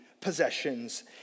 possessions